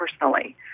personally